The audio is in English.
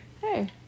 hey